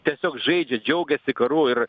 tiesiog žaidžia džiaugiasi karu ir